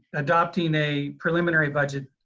adopting a preliminary budget,